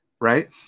Right